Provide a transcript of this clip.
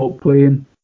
playing